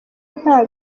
nta